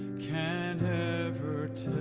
can ever tell